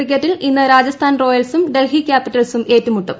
ക്രിക്കറ്റിൽ ഇന്ന് രാജസ്ഥാൻ റോയൽസും ഡൽഹി ക്യാപിറ്റൽസും ഏറ്റുമുട്ടും